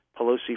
Pelosi